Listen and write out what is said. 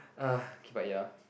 ugh okay but ya